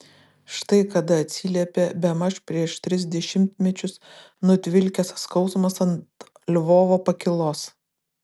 štai kada atsiliepė bemaž prieš tris dešimtmečius nutvilkęs skausmas ant lvovo pakylos